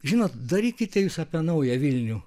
žinot darykite jūs apie naują vilnių